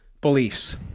beliefs